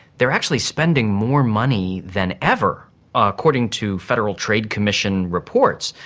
they are actually spending more money than ever according to federal trade commission reports.